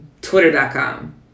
Twitter.com